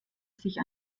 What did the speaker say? sich